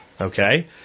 okay